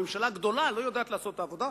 ממשלה גדולה לא יודעת לעשות את העבודה,